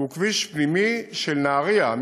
שהוא כביש פנימי של נהריה,